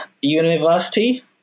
university